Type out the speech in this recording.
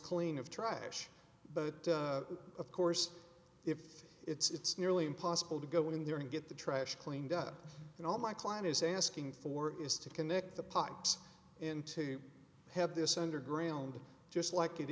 clean of triage but of course if it's nearly impossible to go in there and get the trash cleaned up and all my client is asking for is to connect the pipes in to have this underground just like it